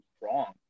wrong